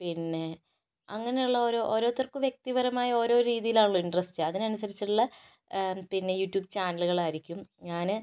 പിന്നെ അങ്ങനെ ഉള്ള ഓരോ ഒരോർത്തർക്കും വ്യക്തി പരമായ ഓരോ രീതിയിലാണല്ലോ ഇൻട്രസ്റ്റ് അതിനനുസരിച്ചുള്ള പിന്നെ യൂട്യൂബ് ചാനലുകളായിരിക്കും ഞാൻ